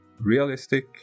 realistic